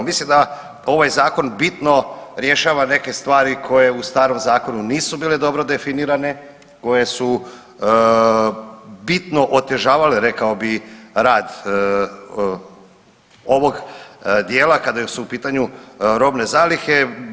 Vidi se da ovaj zakon bitno rješava neke stvari koje u starom zakonu nisu bile dobro definirane, koje su bitno otežavale rekao bih rad ovog dijela kada su u pitanju robne zalihe.